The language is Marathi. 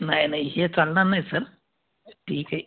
नाही नाही हे चालणार नाही सर ठीक आहे